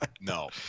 no